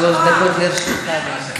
שלוש דקות לרשותך, אדוני.